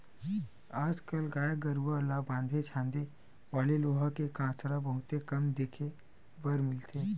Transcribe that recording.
आज कल गाय गरूवा ल बांधे छांदे वाले लोहा के कांसरा बहुते कम देखे बर मिलथे